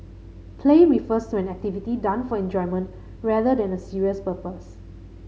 play refers to an activity done for enjoyment rather than a serious purpose